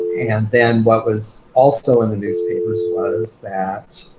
and then what was also in the newspapers was that